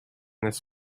this